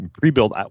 pre-built